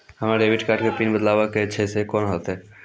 हमरा debit card के PIN बदलबावै के छैं से कौन होतै?